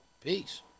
Peace